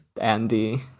andy